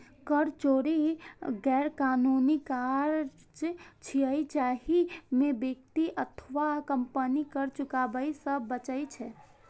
कर चोरी गैरकानूनी काज छियै, जाहि मे व्यक्ति अथवा कंपनी कर चुकाबै सं बचै छै